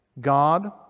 god